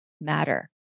matter